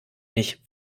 nicht